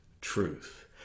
truth